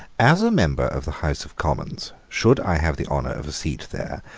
as a member of the house of commons, should i have the honour of a seat there,